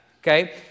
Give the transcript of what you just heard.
okay